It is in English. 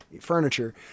furniture